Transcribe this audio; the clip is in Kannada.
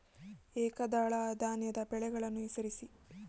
ಏಕದಳ ಧಾನ್ಯದ ಬೆಳೆಗಳನ್ನು ಹೆಸರಿಸಿ?